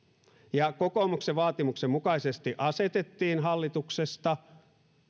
ja kokoomuksen vaatimuksen mukaisesti asetettiin hallituksesta